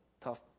tough